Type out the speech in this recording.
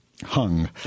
Hung